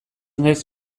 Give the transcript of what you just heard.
naiz